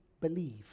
believe